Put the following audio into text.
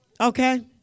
Okay